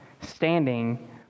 standing